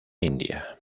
india